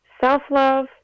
self-love